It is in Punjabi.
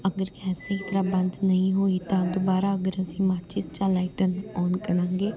ਅਗਰ ਗੈਸ ਸਹੀ ਤਰ੍ਹਾਂ ਬੰਦ ਨਹੀਂ ਹੋਈ ਤਾਂ ਦੁਬਾਰਾ ਅਗਰ ਅਸੀਂ ਮਾਚਿਸ ਜਾਂ ਲਾਇਟਰ ਔਨ ਕਰਾਂਗੇ